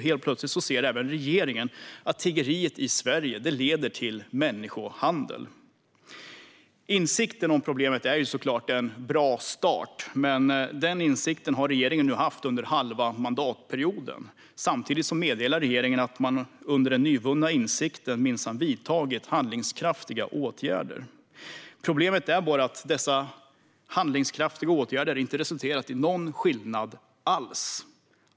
Helt plötsligt ser även regeringen att tiggeriet i Sverige leder till människohandel. Insikten om problemet är såklart en bra start, men den insikten har regeringen nu haft under en halv mandatperiod. Samtidigt meddelar regeringen att man under den nyvunna insikten minsann har vidtagit handlingskraftiga åtgärder. Problemet är bara att dessa handlingskraftiga åtgärder inte resulterat i någon skillnad alls.